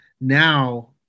Now